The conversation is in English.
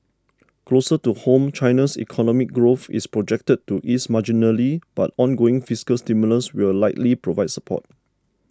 closer to home China's economic growth is projected to ease marginally but ongoing fiscal stimulus will likely provide support